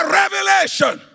revelation